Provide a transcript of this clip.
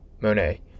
Monet